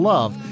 Love